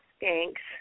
Thanks